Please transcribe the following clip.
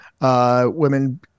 women